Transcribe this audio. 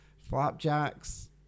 flapjacks